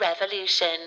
Revolution